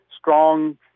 strong